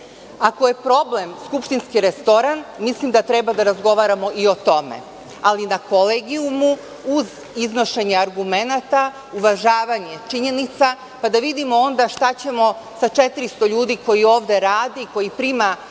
Ako je problem skupštinski restoran, mislim da treba da razgovaramo i o tome, ali na Kolegijumu, uz iznošenje argumenata, uvažavanje činjenica, pa da vidimo onda šta ćemo sa 400 ljudi koji ovde rade i koji primaju